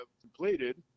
completed